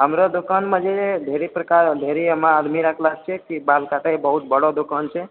हमरो दुकानमे जे ढेरी प्रकार ढेरी हमरा आदमी रखले छी की बाल काटै बहुत बड़ऽ दुकान छै